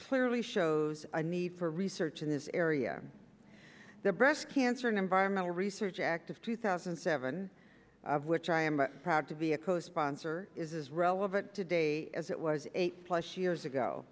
clearly shows a need for research in this area the breast cancer environmental research act of two thousand and seven of which i am proud to be a co sponsor is as relevant today as it was eight plus years ago